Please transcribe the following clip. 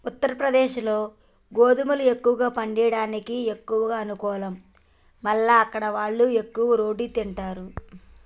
ఉత్తరప్రదేశ్లో గోధుమలు ఎక్కువ పండియడానికి ఎక్కువ అనుకూలం మల్ల అక్కడివాళ్లు ఎక్కువ రోటి తింటారు